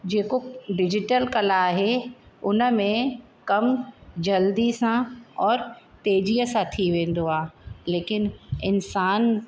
जेको डिजिटल कला आहे उन में कम जल्दी सां और तेजीअ सां थी वेंदो आहे लेकिन इन्सानु